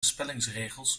spellingsregels